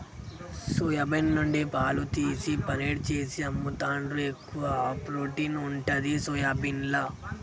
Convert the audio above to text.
soya bean నుండి పాలు తీసి పనీర్ చేసి అమ్ముతాండ్రు, ఎక్కువ ప్రోటీన్ ఉంటది సోయాబీన్ల